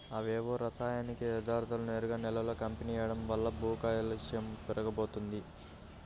అవేవో రసాయనిక యర్థాలను నేరుగా నేలలో కలిపెయ్యడం వల్ల భూకాలుష్యం పెరిగిపోతంది